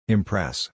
Impress